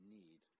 need